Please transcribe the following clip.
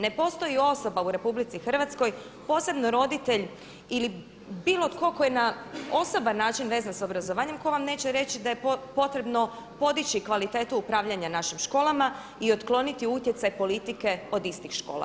Ne postoji osoba u RH, posebno roditelj ili bilo tko ko je na osoban način vezan sa obrazovanjem ko vam neće reći da je potrebno podići kvalitetu upravljanja našim školama i otkloniti utjecaj politike od istih škola.